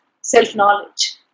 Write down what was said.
self-knowledge